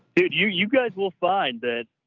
you, you guys will find that,